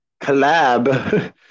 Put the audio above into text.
collab